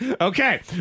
Okay